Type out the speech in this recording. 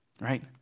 right